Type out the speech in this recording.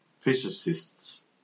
physicists